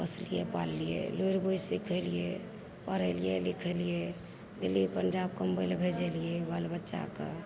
पोसलिऐ पाललिऐ लुरि बुद्धि सीखेलिऐ पढ़ेलिऐ लिखेलिऐ गेलिऐ पञ्जाब कमबै लऽ भेजलिऐ बाल बच्चाके